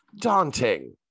daunting